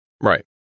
Right